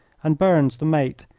and burns, the mate,